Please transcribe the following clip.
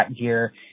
gear